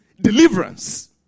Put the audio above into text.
deliverance